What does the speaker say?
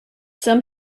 some